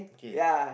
K